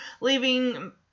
leaving